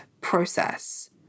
process